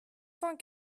cent